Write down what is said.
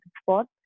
sport